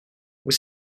vous